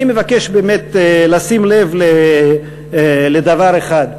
אני מבקש באמת לשים לב לדבר אחד: